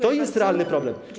To jest realny problem.